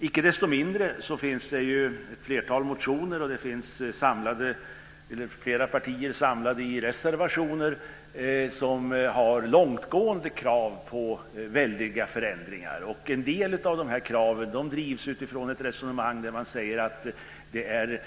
Icke desto mindre finns det ett flertal motioner, och flera partier har samlats i reservationer med långtgående krav på väldiga förändringar. En del av de här kraven drivs utifrån ett resonemang där man säger att det är